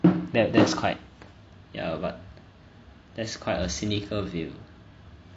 that that's quite ya but that's quite a cynical view